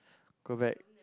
go back